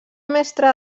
mestre